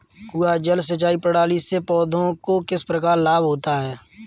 कुआँ जल सिंचाई प्रणाली से पौधों को किस प्रकार लाभ होता है?